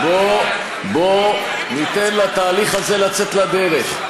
בוא ניתן לתהליך הזה לצאת לדרך.